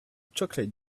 chocolate